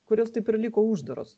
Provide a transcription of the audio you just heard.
kurios taip ir liko uždaros